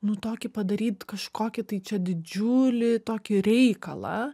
nu tokį padaryt kažkokį tai čia didžiulį tokį reikalą